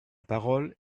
parole